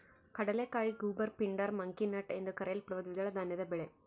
ಕಡಲೆಕಾಯಿ goober pindar monkey nut ಎಂದೂ ಕರೆಯಲ್ಪಡುವ ದ್ವಿದಳ ಧಾನ್ಯದ ಬೆಳೆ